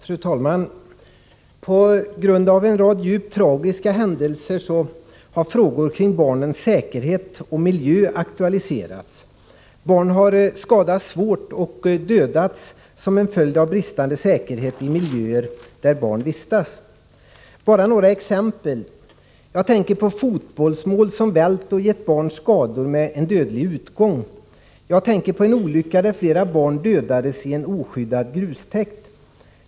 Fru talman! På grund av en rad djupt tragiska händelser har frågor kring barnens säkerhet och miljö aktualiserats. Barn har skadats svårt och dödats som en följd av bristande säkerhet i miljöer där barn vistats. Bara några exempel. Jag tänker på fotbollsmål, som vält och givit barn skador med dödlig utgång. Jag tänker på en olycka, där flera barn dödades i en oskyddad grustäkt.